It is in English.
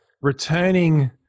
returning